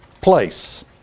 place